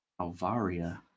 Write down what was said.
Alvaria